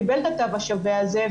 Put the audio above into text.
קיבל את התו השווה הזה,